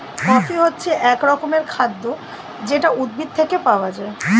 coffee হচ্ছে এক রকমের খাদ্য যেটা উদ্ভিদ থেকে পাওয়া যায়